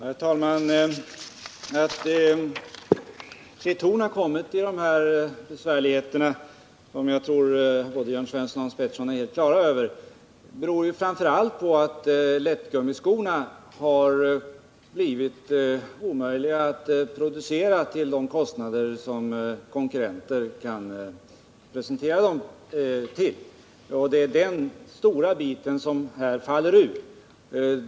Herr talman! Att Tretorn har kommit i detta besvärliga läge, som jag tror både Jörn Svensson och Hans Pettersson är helt klara över, beror framför allt på att det har blivit omöjligt för Tretorn att producera lättgummiskor till samma kostnader som konkurrenternas. Det är den stora biten som faller ur.